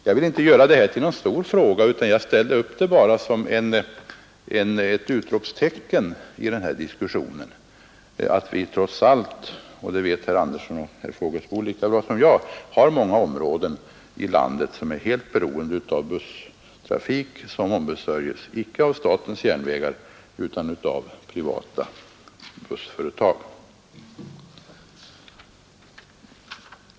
Jag vill inte göra detta till en stor fråga utan vill ställa upp som ett utropstecken i denna diskussion att vi trots allt — det vet herr Andersson i Örebro och herr Fågelsbo lika bra som jag — har många områden som är helt beroende av busstrafik som ombesörjs inte av SJ utan av privata bussföretag.